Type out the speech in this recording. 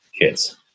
kids